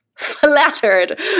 Flattered